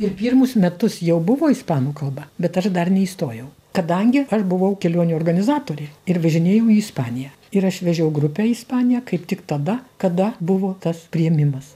ir pirmus metus jau buvo ispanų kalba bet aš dar neįstojau kadangi aš buvau kelionių organizatorė ir važinėjau į ispaniją ir aš vežiau grupę į ispaniją kaip tik tada kada buvo tas priėmimas